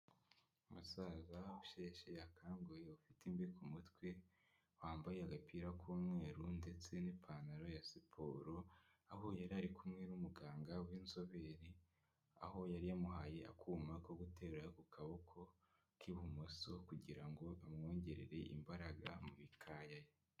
Umusaza usheshe akanguhe ufite imvi ku mutwe, wambaye agapira k'umweru ndetse n'ipantaro ya siporo, aho yari ari kumwe n'umuganga w'inzobere, aho yari yamuhaye akuma ko guterura ku kaboko k'ibumoso kugira ngo amwongerere imbaraga mu mikaya ye.